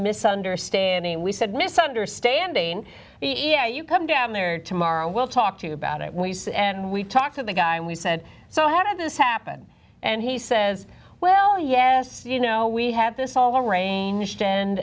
misunderstanding and we said misunderstanding you come down there tomorrow we'll talk to you about it we said and we talked to the guy and we said so how did this happen and he says well yes you know we have this all the arranged and